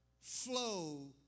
flow